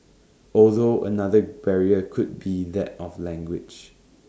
although another barrier could be that of language